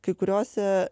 kai kuriose